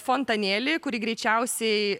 fontanėlį kurį greičiausiai